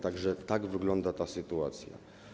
Tak że tak wygląda ta sytuacja.